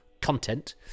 content